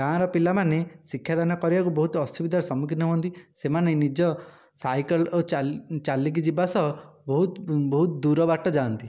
ଗାଁର ପିଲାମାନେ ଶିକ୍ଷାଦାନ କରିବାକୁ ବହୁତ ଅସୁବିଧାର ସମ୍ମୁଖୀନ ହୁଅନ୍ତି ସେମାନେ ନିଜ ସାଇକଲ୍ ଓ ଚାଲ୍ ଚାଲିକି ଯିବା ସହ ବହୁତ ବହୁତ ଦୂର ବାଟ ଯାଆନ୍ତି